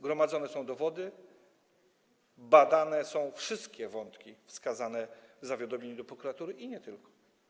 Gromadzone są dowody, badane są wszystkie wątki wskazane w zawiadomieniu do prokuratury, i nie tylko.